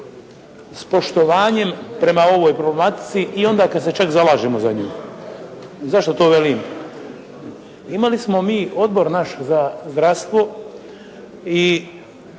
s poštovanjem prema ovoj problematici i onda kad se čak zalažemo za nju. Zašto to velim? Imali smo mi Odbor naš za zdravstvo i